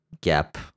gap